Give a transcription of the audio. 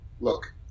look